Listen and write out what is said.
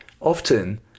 often